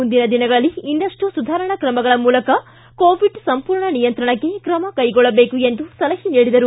ಮುಂದಿನ ದಿನಗಳಲ್ಲಿ ಇನ್ನಷ್ಟು ಸುಧಾರಣಾ ಕ್ರಮಗಳ ಮೂಲಕ ಕೋವಿಡ್ ಸಂಪೂರ್ಣ ನಿಯಂತ್ರಣಕ್ಕೆ ಕ್ರಮ ಕೈಗೊಳ್ಳಬೇಕು ಎಂದು ಸಲಹೆ ನೀಡಿದರು